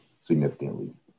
significantly